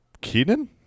Keenan